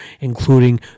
including